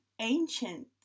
ancient